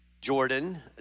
Jordan